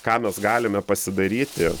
ką mes galime pasidaryti